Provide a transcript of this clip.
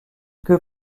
queue